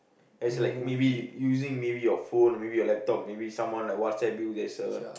as like maybe using your phone or maybe your laptop maybe someone like WhatsApp you there's a